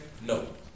no